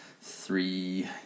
three